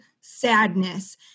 sadness